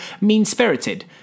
mean-spirited